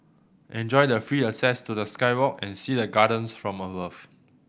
enjoy the free access to the sky walk and see the gardens from above